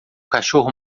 cachorro